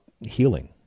healing